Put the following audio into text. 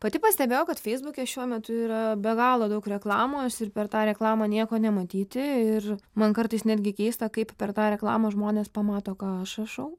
pati pastebėjau kad feisbuke šiuo metu yra be galo daug reklamos ir per tą reklamą nieko nematyti ir man kartais netgi keista kaip per tą reklamą žmonės pamato ką aš rašau